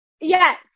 yes